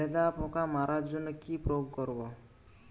লেদা পোকা মারার জন্য কি প্রয়োগ করব?